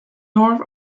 north